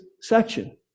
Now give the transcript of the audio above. section